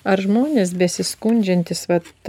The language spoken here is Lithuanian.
ar žmonės besiskundžiantys vat